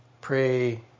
Pray